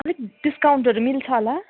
अलिक डिस्काउन्टहरू मिल्छ होला